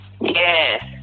Yes